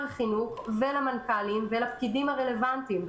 החינוך ולמנכ"לים ולפקידים הרלוונטיים.